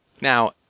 Now